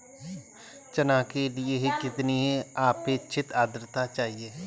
चना के लिए कितनी आपेक्षिक आद्रता चाहिए?